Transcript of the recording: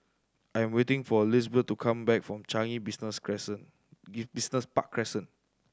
I am waiting for Lizbeth to come back from Changi Business Crescent Business Park Crescent